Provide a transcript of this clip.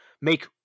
make